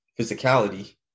physicality